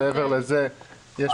מעבר לזה יש